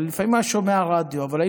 אבל לפעמים הוא היה שומע רדיו,